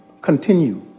Continue